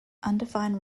undefined